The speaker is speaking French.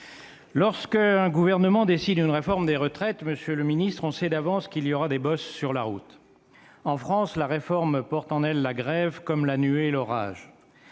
Lorsqu'un gouvernement décide une réforme des retraites, monsieur le secrétaire d'État, on sait d'avance qu'il y aura des bosses sur la route. En France, la réforme porte en elle la grève comme la nuée l'orage.